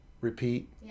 Repeat